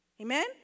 Amen